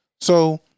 So-